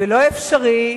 ולא אפשרי,